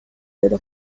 деди